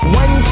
one